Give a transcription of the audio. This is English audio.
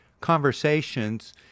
conversations